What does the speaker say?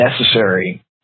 necessary